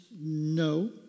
no